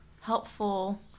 helpful